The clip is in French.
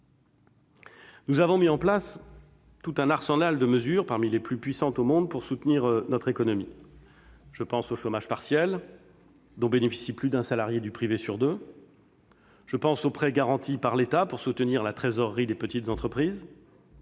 Nous avons mis en place tout un arsenal de mesures parmi les plus puissantes au monde pour soutenir notre économie. Je pense au chômage partiel, dont bénéficie plus d'un salarié du privé sur deux, aux prêts garantis par l'État pour soutenir la trésorerie des petites entreprises,